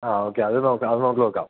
ആ ഓക്കെ അത് നോക്കാം അത് നോക്കി നോക്കാം